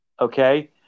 Okay